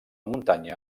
muntanya